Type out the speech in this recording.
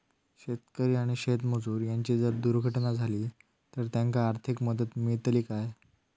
शेतकरी आणि शेतमजूर यांची जर दुर्घटना झाली तर त्यांका आर्थिक मदत मिळतली काय?